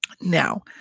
Now